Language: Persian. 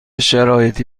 شرایطی